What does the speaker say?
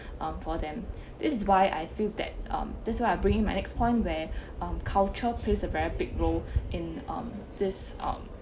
um for them this is why I feel that um that's why I'm bringing my next point where um cultural plays a very big role in um this um